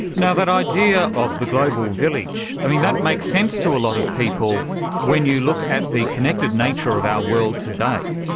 and that idea of the global village, that makes sense to a lot of people when you look at the connective nature of our world today.